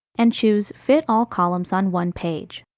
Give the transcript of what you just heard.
and choose fit all columns on one page.